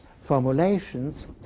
formulations